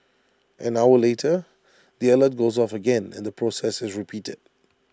an hour later the alert goes off again and the process is repeated